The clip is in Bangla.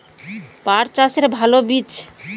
পাঠ চাষের ভালো বীজ?